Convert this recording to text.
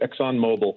ExxonMobil